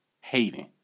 Hating